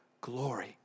glory